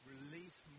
Release